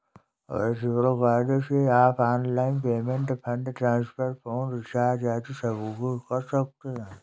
virtual card से आप online payment, fund transfer, phone recharge आदि सबकुछ कर सकते हैं